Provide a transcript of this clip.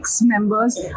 members